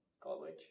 college